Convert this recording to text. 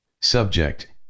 Subject